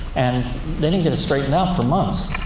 and they didn't get it straightened out for months.